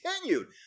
continued